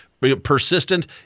persistent